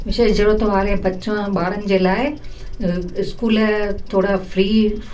विशेष ज़रूरत वारे बच्चा ॿारनि जे लाइ स्कूल थोरा फ्री